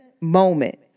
moment